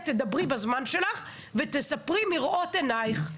את תדברי בזמן שלך, ותספרי מראות עינייך.